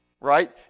right